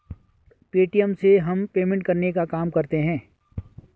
Paytm से हम payment करने का काम करते है